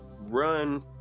run